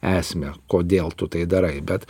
esmę kodėl tu tai darai bet